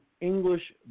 English